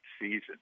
season